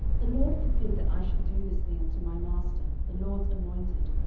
the lord forbid that i should do this thing unto my master, the lord's anointed,